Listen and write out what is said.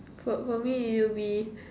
for for me it will be